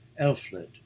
Elfled